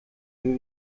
ibi